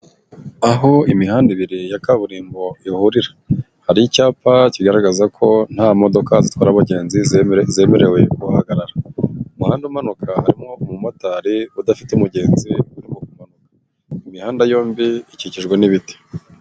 Aho imihanda ibiri ya kaburimbo ihurira. Hari icyapa kigaragaza ko nta modoka zitwara abagenzi zemerewe guhagarara. Umuhanda umanuka harimo umumotari udafite umugenzi urimo kumanuka. Imihanda yombi ikikijwe n'ibiti.